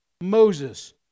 Moses